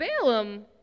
Balaam